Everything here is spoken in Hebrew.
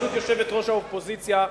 בראשות יושבת-ראש האופוזיציה,